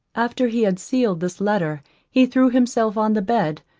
after he had sealed this letter he threw himself on the bed,